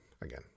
again